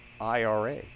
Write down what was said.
IRA